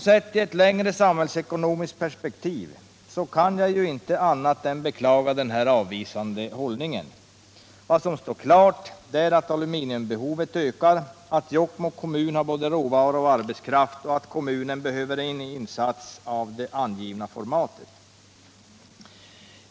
Sett i ett längre samhällsekonomiskt perspektiv kan jag inte annat än beklaga den avvisande hållningen. Vad som står klart är att aluminiumbehovet ökar, att Jokkmokks kommun har både råvaror och arbetskraft och att kommunen behöver en insats av det angivna formatet.